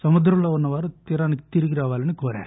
సముద్రంలో ఉన్నవారు తీరానికి తిరిగి రావాలని కోరారు